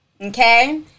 okay